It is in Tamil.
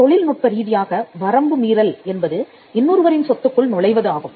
தொழில்நுட்ப ரீதியாக வரம்பு மீறல் என்பது இன்னொருவரின் சொத்துக்குள் நுழைவது ஆகும்